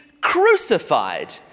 crucified